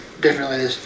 differently